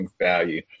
value